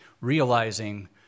Realizing